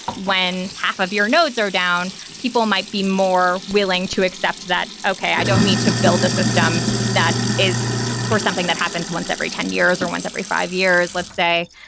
when half of your nodes are down, people might be more willing to accept that, okay i don't need to build a system that is for something that happens once every ten years or once every five years, let's say.